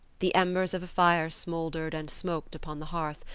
the embers of a fire smouldered and smoked upon the hearth,